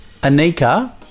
Anika